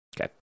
okay